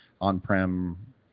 on-prem